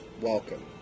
welcome